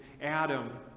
Adam